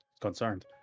concerned